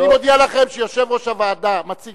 אני מודיע לכם שיושב-ראש הוועדה מציג